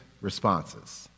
responses